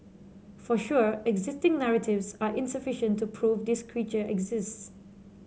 for sure existing narratives are insufficient to prove this creature exists